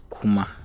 Kuma